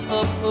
up